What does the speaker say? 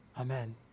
Amen